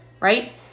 Right